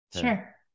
Sure